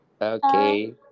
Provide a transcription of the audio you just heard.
okay